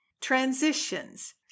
Transitions